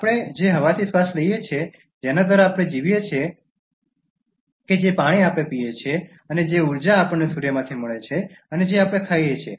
આપણે જે હવાથી શ્વાસ લઈએ છીએ જેના દ્વારા આપણે જીવીએ છીએ પાણી આપણે પીએ છીએ અને ઉર્જા જે આપણને સૂર્યથી મળે છે અને આપણે જે ખાઈએ છીએ